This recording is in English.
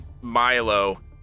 Milo